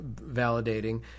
validating